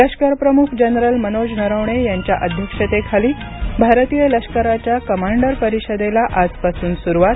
लष्करप्रमुख जनरल मनोज नरवणे यांच्या अध्यक्षतेखाली भारतीय लष्कराच्या कमांडर परिषदेला आजपासून सुरुवात